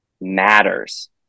matters